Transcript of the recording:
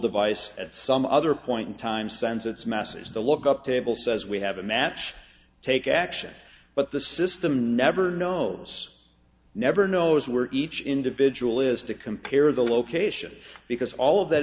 device at some other point in time sends its masses to look up table says we have a match take action but the system never knows never knows where each individual is to compare the location because all of that